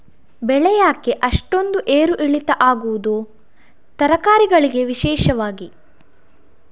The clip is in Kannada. ಬೆಳೆ ಯಾಕೆ ಅಷ್ಟೊಂದು ಏರು ಇಳಿತ ಆಗುವುದು, ತರಕಾರಿ ಗಳಿಗೆ ವಿಶೇಷವಾಗಿ?